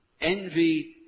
Envy